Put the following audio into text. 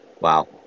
Wow